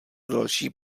další